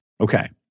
Okay